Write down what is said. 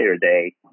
day